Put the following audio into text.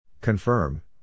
Confirm